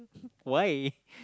why